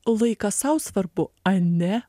laikas sau svarbu ane